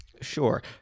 Sure